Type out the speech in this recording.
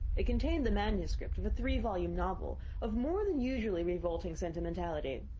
it contained the manuscript of a three-volume novel of more than usually revolting sentimentality.